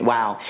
Wow